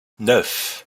neuf